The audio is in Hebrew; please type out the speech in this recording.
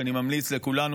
שאני ממליץ לכולנו,